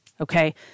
Okay